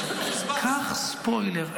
קח ספוילר,